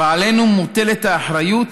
ועלינו מוטלת האחריות